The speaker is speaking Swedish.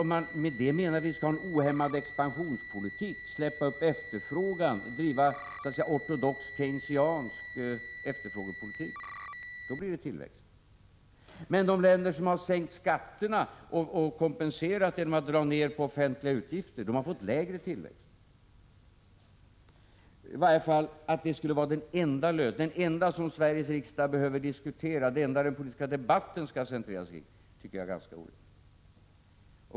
Om man med det menar att vi skall ha en ohämmad expansionspolitik, släppa upp efterfrågan och driva en ortodox keynesiansk efterfrågepolitik, då blir det tillväxt. Men de länder som sänkt skatterna och kompenserat genom att dra ned på offentliga utgifter har fått lägre tillväxt. I varje fall: att skattesänkningar är det enda Sveriges riksdag behöver diskutera, det enda den politiska debatten skall centreras kring, det tycker jag är ganska orimligt.